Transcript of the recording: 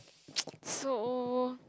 so